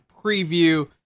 preview